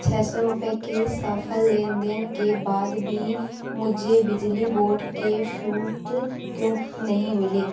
छः सौ रुपये के सफल लेनदेन के बाद भी मुझे बिजली बोर्ड के क्यों नहीं मिले